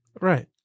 Right